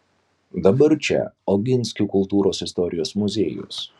dabar čia oginskių kultūros istorijos muziejus